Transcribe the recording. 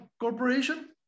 Corporation